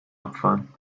abfahren